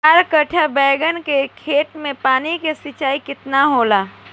चार कट्ठा बैंगन के खेत में पानी के सिंचाई केतना होला?